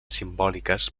simbòliques